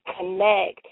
connect